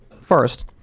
first